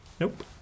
Nope